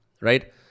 right